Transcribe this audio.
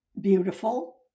beautiful